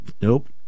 Nope